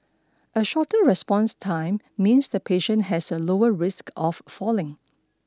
a shorter response time means the patient has a lower risk of falling